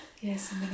Yes